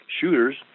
shooters